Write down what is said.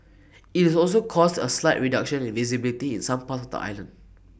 IT is also caused A slight reduction in visibility in some parts of the island